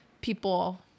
people